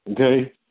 Okay